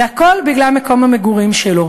והכול בגלל מקום המגורים שלו.